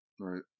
Right